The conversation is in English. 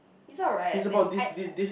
is alright I think I